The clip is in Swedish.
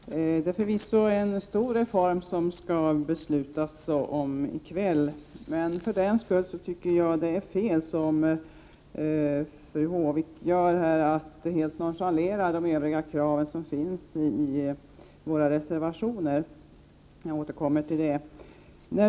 Herr talman! Det är förvisso en stor reform som vi skall fatta beslut om i kväll, och för den skull tycker jag att det är fel att, som fru Håvik här gör, helt nonchalera de krav som finns i våra reservationer. Jag återkommer till det.